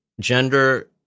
gender